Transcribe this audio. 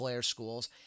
schools